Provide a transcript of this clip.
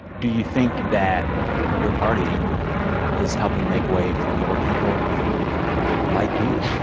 do you think that your party is helping make way for more people like you?